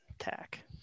attack